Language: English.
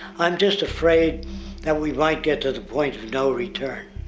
i'm just afraid that we might get to the point of no return